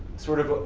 sort of,